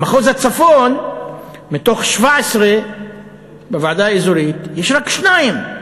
במחוז הצפון, מתוך 17 בוועדה האזורית יש רק שניים,